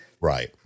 right